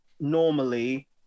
normally